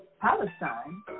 Palestine